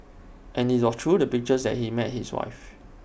and IT all through the pictures that he met his wife